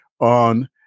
on